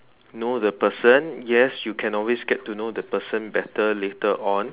know the person yes you can always get to know the person better later on